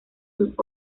sus